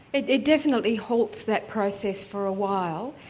it it definitely halts that process for a while.